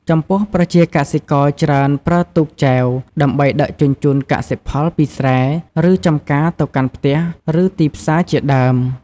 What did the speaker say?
ចំពោះប្រជាកសិករច្រើនប្រើទូកចែវដើម្បីដឹកជញ្ជូនកសិផលពីស្រែ ឬចំការទៅកាន់ផ្ទះ ឬទីផ្សារជាដើម។